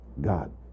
God